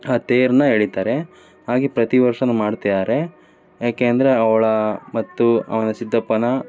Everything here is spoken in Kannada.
ಆ ತೇರನ್ನ ಎಳಿತಾರೆ ಹಾಗೇ ಪ್ರತಿ ವರ್ಷವೂ ಮಾಡ್ತಿದಾರೆ ಯಾಕೆ ಅಂದರೆ ಅವಳ ಮತ್ತು ಆ ಸಿದ್ದಪ್ಪನ